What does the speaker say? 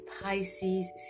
Pisces